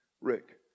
Rick